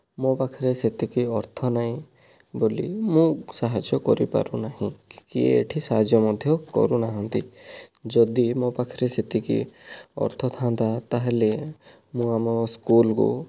ମୋ ପାଖରେ ସେତିକି ଅର୍ଥ ନାହିଁ ବୋଲି ମୁଁ ସାହାଯ୍ୟ କରିପାରୁନାହିଁ କିଏ ଏଇଠି ସାହାଯ୍ୟ ମଧ୍ୟ କରୁନାହାନ୍ତି ଯଦି ମୋ ପାଖରେ ସେତିକି ଅର୍ଥ ଥାଆନ୍ତା ତାହେଲେ ମୁଁ ଆମ ସ୍କୁଲକୁ